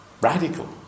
radical